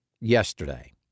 yesterday